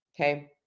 Okay